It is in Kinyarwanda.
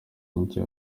njya